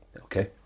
okay